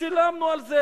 ושילמנו על זה